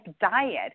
diet